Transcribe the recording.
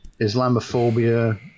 Islamophobia